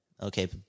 Okay